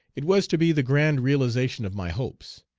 it was to be the grand realization of my hopes,